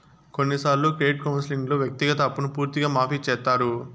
కొన్నిసార్లు క్రెడిట్ కౌన్సిలింగ్లో వ్యక్తిగత అప్పును పూర్తిగా మాఫీ చేత్తారు